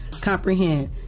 comprehend